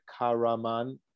Karaman